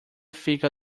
fica